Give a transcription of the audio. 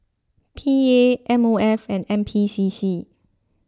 P A M O F and N P C C